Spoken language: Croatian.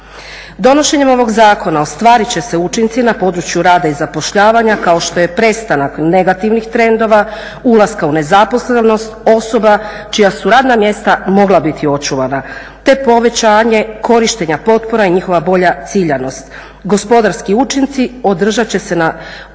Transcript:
Donošenjem ovog zakona ostvarit će se učinci na području rada i zapošljavanja kao što je prestanak negativnih trendova, ulaska u nezaposlenost osoba čija su radna mjesta mogla biti očuvana te povećanje korištenje potpora i njihova bolja ciljanost. Gospodarski učinci odražavat će se na održanje